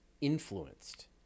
influenced